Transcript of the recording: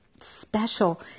special